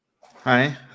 Hi